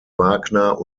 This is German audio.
wagner